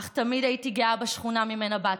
אך תמיד הייתי גאה בשכונה שממנה באתי,